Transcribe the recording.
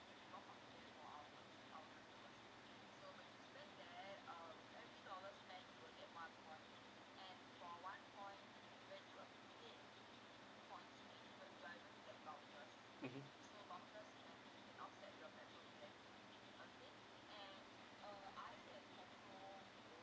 mmhmm